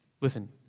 Listen